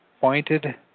pointed